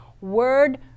Word